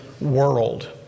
world